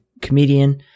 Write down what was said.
comedian